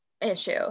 issue